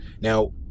Now